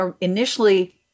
initially